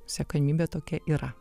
siekiamybė tokia yra